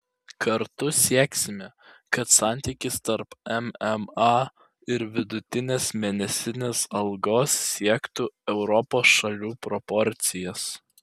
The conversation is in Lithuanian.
kartu sieksime kad santykis tarp mma ir vidutinės mėnesinės algos siektų europos šalių proporcijas